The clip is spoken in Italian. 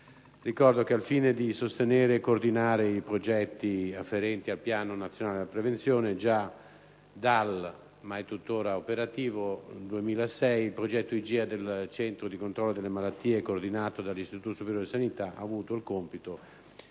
Ricordo che, al fine di sostenere e coordinare i progetti regionali afferenti al Piano nazionale della prevenzione (PNP), già dal 2006 (ma è tuttora operativo) il progetto IGEA del Centro di controllo delle malattie (CCM), coordinato dall'Istituto superiore di sanità, ha avuto il compito di